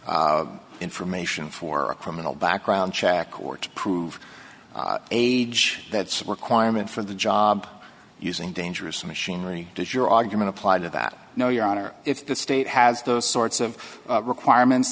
as information for a criminal background check or to prove age that requirement for the job using dangerous machinery does your argument apply to that no your honor if the state has those sorts of requirements